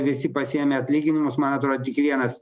visi pasiėmė atlyginimus man atro tik vienas